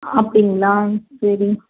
அப்படிங்களா சரி